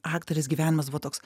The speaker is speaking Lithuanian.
aktorės gyvenimas buvo toks